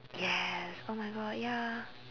yes oh my god ya